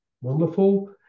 wonderful